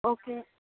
okay